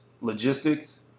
logistics